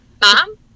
mom